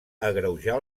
agreujar